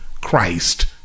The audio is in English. Christ